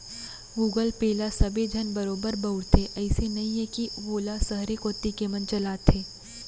Google पे ल सबे झन बरोबर बउरथे, अइसे नइये कि वोला सहरे कोती के मन चलाथें